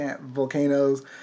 volcanoes